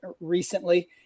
recently